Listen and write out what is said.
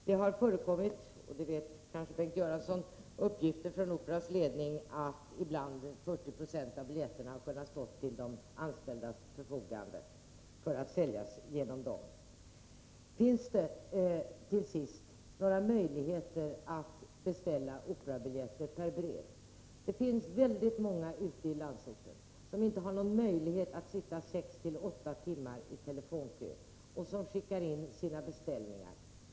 Det har förekommit, och det vet kanske Bengt Göransson, uppgifter från Operans ledning om att ibland 40 96 av biljetterna har stått till de anställdas förfogande för att säljas genom dem. Till sist: Finns det några möjligheter att beställa operabiljetter per brev? Det finns väldigt många ute i landsorten som inte har någon möjlighet att sitta sex-åtta timmar i telefonkö och som skickar in sina beställningar.